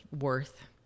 worth